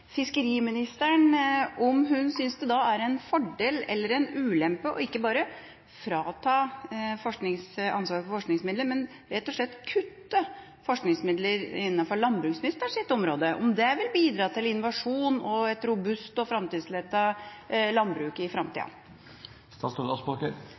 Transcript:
fiskeriministeren om hun synes det er en fordel eller en ulempe ikke bare å fratas ansvaret for forskningsmidler, men at det rett og slett også kuttes i forskningsmidler innenfor landbruksministerens område, og om det vil bidra til innovasjon og et robust og framtidsrettet landbruk i